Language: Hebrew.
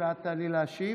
ואת תעלי להשיב?